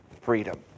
freedom